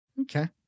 Okay